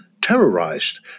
terrorized